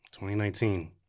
2019